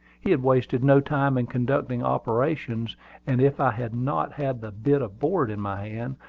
he had wasted no time in conducting operations and if i had not had the bit of board in my hand,